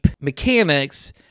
mechanics